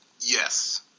Yes